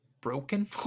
broken